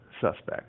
suspect